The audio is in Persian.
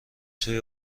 توی